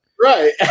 Right